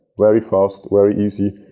very fast, very easy.